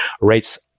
rates